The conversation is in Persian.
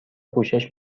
پوشش